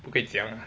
不可以讲